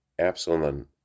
Absalom